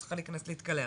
את צריכה להיכנס להתקלח,